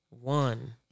one